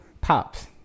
Pops